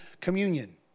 communion